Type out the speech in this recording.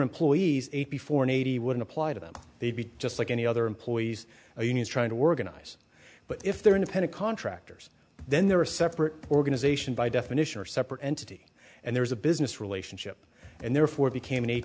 employees before an eighty would apply to them they'd be just like any other employees or unions trying to organize but if they're independent contractors then they're a separate organization by definition or separate entity and there is a business relationship and therefore became an eight